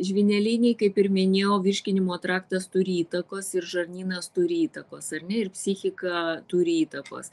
žvynelinei kaip ir minėjau virškinimo traktas turi įtakos ir žarnynas turi įtakos ar ne ir psichika turi įtakos